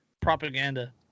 Propaganda